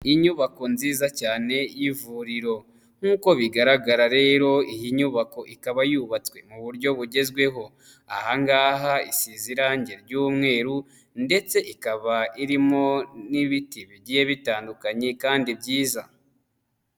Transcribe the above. Inyubako nziza cyane y'ivuriro, nk'uko bigaragara rero iyi nyubako ikaba yubatswe mu buryo bugezweho, aha ngaha isize irangi ry'umweru ndetse ikaba irimo n'ibiti bigiye bitandukanye kandi byiza.